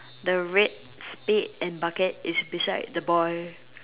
the red spade and bucket is beside the ball